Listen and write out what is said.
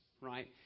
right